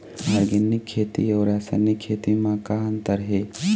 Organic खेती अउ रासायनिक खेती म का अंतर हे?